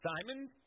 Simon